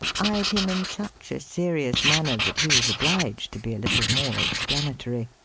eyed him in such a serious manner, that he was obliged to be a little more explanatory.